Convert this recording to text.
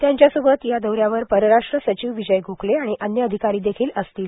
त्यांच्या सोबत या दौऱ्यावर परराष्ट्र सचिव विजय गोखले आणि अन्य अधिकारी देखील असतील